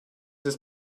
ist